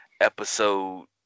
episode